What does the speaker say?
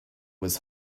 was